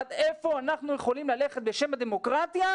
עד איפה אנחנו יכולים ללכת בשם הדמוקרטיה,